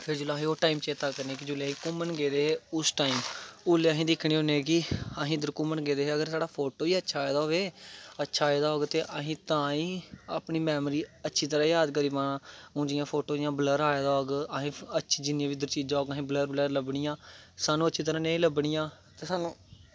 फिर जिसलै अस ओह् टाइम चेता करने जिसलै अस घूमन गेदे हे उस टाइम उसलै अस दिक्खने होन्ने कि इद्धर अस घूमन गेदे हे अगर साढ़ा फोटो गै अच्छा आंदा होऐ अच्छा आए दा होग ते अस तां गै अपनी मैमरी अच्छी तरह याद करी पाना हून जि'यां फोटो जि'यां बलर आए दा होग जिन्नी बा चीजां उद्धर होङन असेंगी बलर बलर लग्गनियां सानूं अच्छी तरह नेईं लब्भनियां ते सानूं